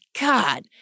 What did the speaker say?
God